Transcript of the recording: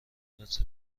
متر